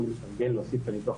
להוסיף ניתוח